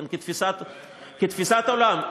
כתפיסת עולם.